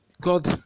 God